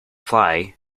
fly